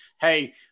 hey